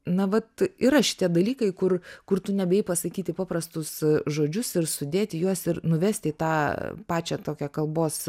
na vat yra šitie dalykai kur kur tu nebijai pasakyti paprastus žodžius ir sudėti juos ir nuvesti į tą pačią tokią kalbos